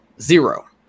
Zero